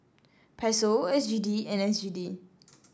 Peso S G D and S G D